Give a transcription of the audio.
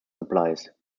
supplies